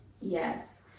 Yes